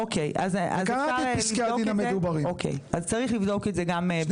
אוקיי, אפשר לבדוק את זה.